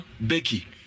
Becky